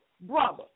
Brother